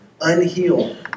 unhealed